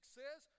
says